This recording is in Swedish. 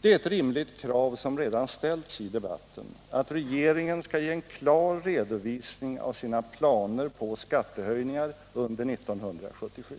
Det är ett rimligt krav, som redan ställts i debatten, att regeringen skall ge en klar redovisning av sina planer på skattehöjningar under 1977.